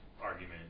argument